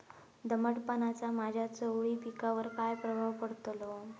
दमटपणाचा माझ्या चवळी पिकावर काय प्रभाव पडतलो?